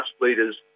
leaders